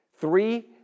Three